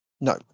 No